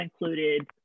included